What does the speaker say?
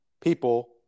people